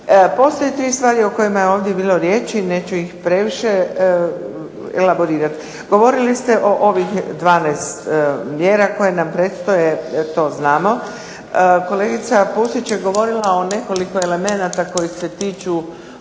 Postoje tri stvari o kojima je ovdje bilo riječi, neću ih previše elaborirati. Govorili ste o ovih 12 mjera koje nam predstoje to znamo. Kolegica Pusić je govorila o nekoliko elemenata koji se tiču